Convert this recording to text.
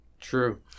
True